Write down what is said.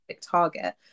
target